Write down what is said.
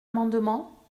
amendement